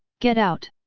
get out!